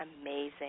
amazing